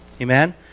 Amen